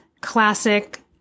classic